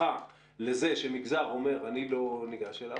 הממלכה לכך שמגזר אומר: אני לא ניגש אליו,